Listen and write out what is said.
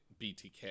BTK